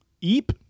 Eep